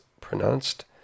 pronounced